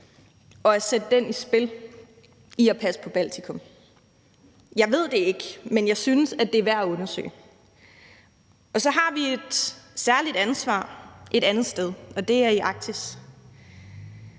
og at sætte den i spil i at passe på Baltikum? Jeg ved det ikke, men jeg synes, det er værd at undersøge. Kl. 19:12 Så har vi et særligt ansvar et andet sted, og det er i Arktis.